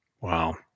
wow